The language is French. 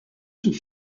sous